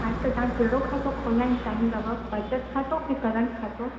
हा त तव्हां कहिड़ो खातो खोलाइणु चाहींदव बचति खातो की करंट खातो